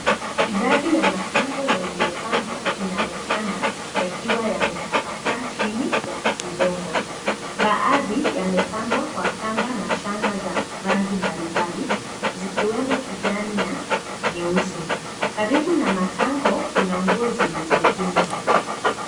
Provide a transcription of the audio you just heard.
Idadi ya matango yaliyopambwa inaonekana yakiwa yametapakaa chini ya udongo, baadhi yamepambwa kwa kamba na shanga za rangi mbalimbali zikiwemo kijani na nyeusi, karibu na matango na nguo zilizokunjwa.